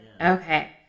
Okay